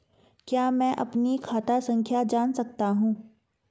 क्या मैं अपनी खाता संख्या जान सकता हूँ?